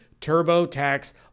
TurboTax